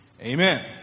Amen